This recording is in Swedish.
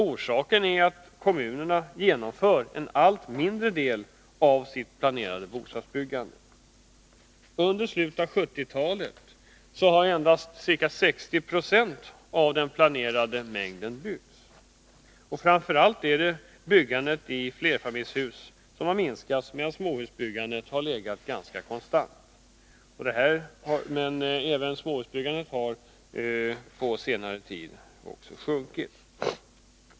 Orsaken är att kommunerna genomför en allt mindre del av sitt planerade bostadsbyggande. Under slutet av 1970-talet har endast ca 60 90 av den planerade mängden byggts. Framför allt är det byggandet av flerfamiljshus som har minskats, medan småhusbyggandet har legat ganska konstant. Även detta har dock sjunkit på senare tid.